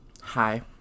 Hi